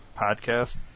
podcast